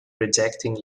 rejecting